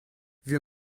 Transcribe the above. wir